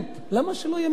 למה שלא יהיה מחיר מקסימום?